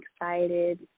excited